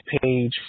page